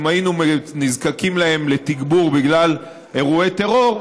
אם היינו נזקקים להם לתגבור בגלל אירועי טרור,